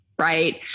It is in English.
Right